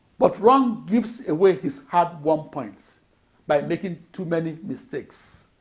but ron gives away his hard won points by making too many mistakes.